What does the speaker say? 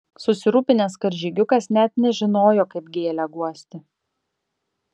susirūpinęs karžygiukas net nežinojo kaip gėlę guosti